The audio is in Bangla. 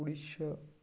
ওড়িশা